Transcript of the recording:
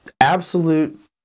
absolute